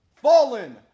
Fallen